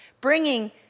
bringing